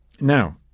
now